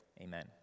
Amen